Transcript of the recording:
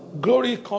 glory